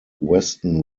weston